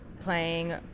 playing